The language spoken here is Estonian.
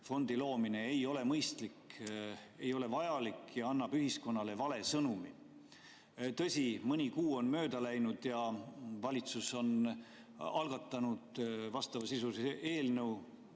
fondi loomine ei ole mõistlik, see ei ole vajalik ja annab ühiskonnale vale sõnumi. Tõsi, mõni kuu on mööda läinud ja valitsus on algatanud vastavasisulise eelnõu